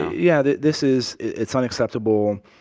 yeah, this this is it's unacceptable.